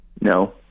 No